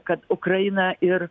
kad ukraina ir